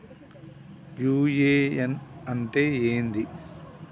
UAN అంటే ఏంది?